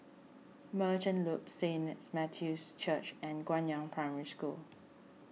Merchant Loop Saint Matthew's Church and Guangyang Primary School